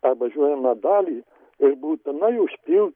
tą važiuojamą dalį ir būtinai užpilt